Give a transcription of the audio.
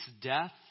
death